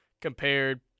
compared